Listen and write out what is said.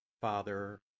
Father